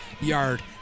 yard